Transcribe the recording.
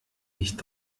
nicht